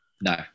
No